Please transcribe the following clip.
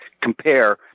compare